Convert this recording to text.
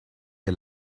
ihr